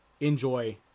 enjoy